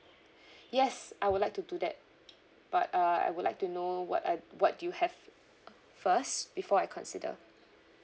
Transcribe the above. yes I would like to do that but uh I would like to know what I what do you have first before I consider